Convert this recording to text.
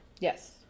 Yes